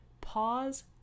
Pause